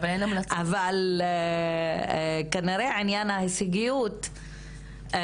כנראה שעניין ההישגיות גובר.